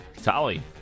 Tali